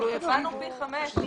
הסכמנו לפי חמש.